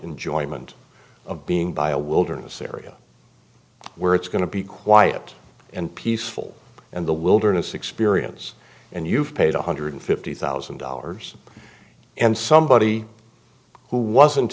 enjoyment of being by a wilderness area where it's going to be quiet and peaceful and the wilderness experience and you've paid one hundred fifty thousand dollars and somebody who wasn't